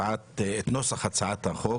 נוסח הצעת החוק.